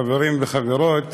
חברים וחברות